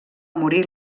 morir